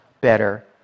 better